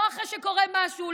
לא אחרי שקורה משהו,